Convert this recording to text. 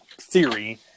theory